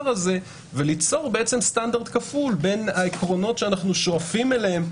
הזה וליצור סטנדרט כפול בין העקרונות שאנו שואפים אליהם